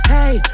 Hey